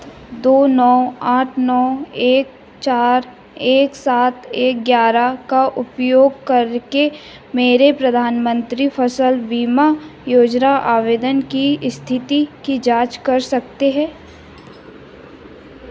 दो नौ आठ नौ एक चार एक सात एक ग्यारह का उपयोग करके मेरे प्रधानमन्त्री फ़सल बीमा योजना आवेदन की स्थिति की जाँच कर सकते हैं